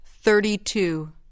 Thirty-two